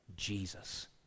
Jesus